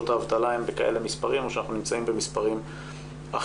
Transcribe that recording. האבטלה הן בכאלה מספרים או שאנחנו נמצאים במספרים אחרים.